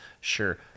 sure